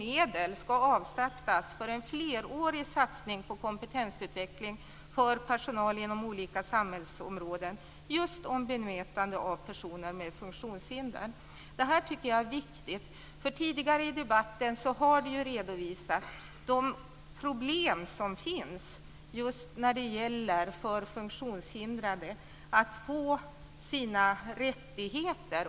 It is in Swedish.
Medel ska också avsättas för en flerårig satsning på kompetensutveckling för personal på olika samhällsområden just när det gäller bemötande av personer med funktionshinder. Detta är viktigt. Tidigare i debatten har ju redovisats de problem som finns för funktionshindrade att få sina rättigheter.